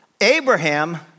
Abraham